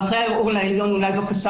ואחרי הערעור לבית המשפט העליון אולי בקשה